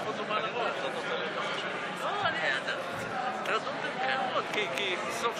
מצביע מיכאל מרדכי ביטון,